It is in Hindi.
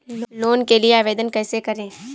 लोन के लिए आवेदन कैसे करें?